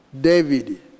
David